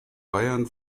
bayern